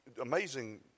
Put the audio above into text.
Amazing